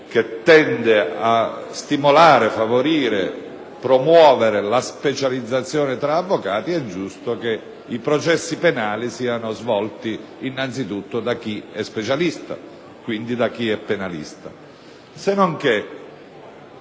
che tende a stimolare, favorire e promuovere la specializzazione tra avvocati è giusto che i processi penali siano svolti innanzitutto da chi è specialista, quindi da chi è penalista.